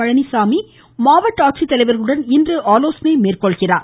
பழனிச்சாமி மாவட்ட ஆட்சித் தலைவர்களுடன் இன்று ஆலோசனை மேற்கொள்கிறார்